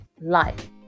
life